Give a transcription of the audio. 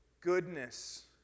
Goodness